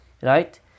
right